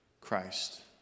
Christ